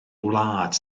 wlad